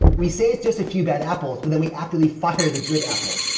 we say it's just a few bad apples. but then we actually fire the good apples,